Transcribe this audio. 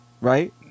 right